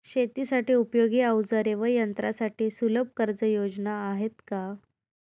शेतीसाठी उपयोगी औजारे व यंत्रासाठी सुलभ कर्जयोजना आहेत का?